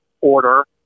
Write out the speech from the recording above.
order